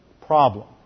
problem